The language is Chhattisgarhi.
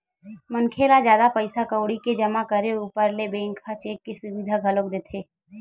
मनखे ल जादा पइसा कउड़ी के जमा करे ऊपर ले बेंक ह चेक के सुबिधा घलोक देथे